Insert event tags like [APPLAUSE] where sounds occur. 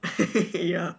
[LAUGHS] yeah